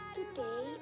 Today